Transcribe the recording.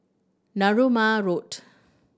Narooma Road